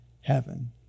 heaven